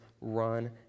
run